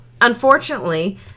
unfortunately